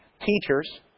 teachers